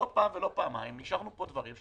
לא פעם ולא פעמיים אישרנו פה דברים,